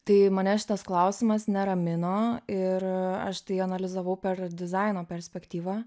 tai mane šitas klausimas neramino ir aš tai analizavau per dizaino perspektyvą